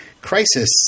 Crisis